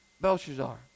Belshazzar